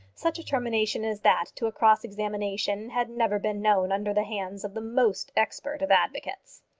such a termination as that to a cross-examination had never been known under the hands of the most expert of advocates.